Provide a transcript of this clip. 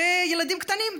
ילדים קטנים,